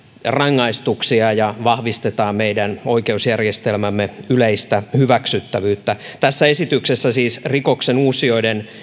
rangaistuksia ja ja vahvistetaan meidän oikeusjärjestelmämme yleistä hyväksyttävyyttä tässä esityksessä siis rikoksenuusijoiden